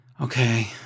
Okay